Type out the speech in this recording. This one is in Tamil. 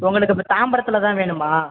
உங்களுக்கு இப்போ தாம்பரத்தில் தான் வேணுமா